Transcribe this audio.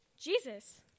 Jesus